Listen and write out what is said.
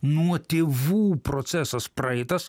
nuo tėvų procesas praeitas